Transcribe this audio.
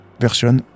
version